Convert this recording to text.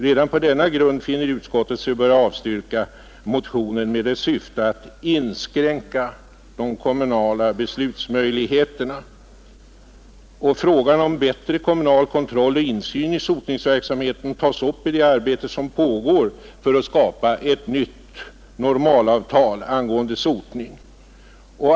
Redan på denna grund finner utskottet sig böra avstyrka motionen 1972:1431 med dess syfte att inskränka de kommunala beslutsmöjligheterna. Frågan om bättre kommunal kontroll och insyn i sotningsverksamheten tas upp i det arbete som pågår för att skapa ett nytt normalavtal angående sotning.